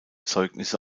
zeugnisse